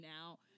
now